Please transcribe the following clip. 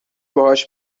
باهاش